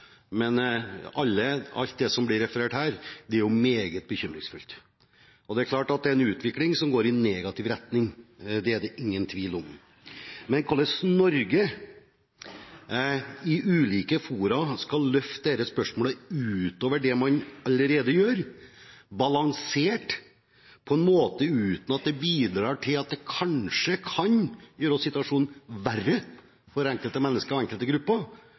men alt det som det blir referert til her, er meget bekymringsfullt. Det er en utvikling som går i negativ retning. Det er det ingen tvil om. Men hvordan Norge i ulike fora skal løfte dette spørsmålet utover det man allerede gjør, balansert og på en måte som ikke bidrar til at det kanskje kan gjøre situasjonen verre for enkelte mennesker og grupper i enkelte